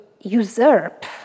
usurp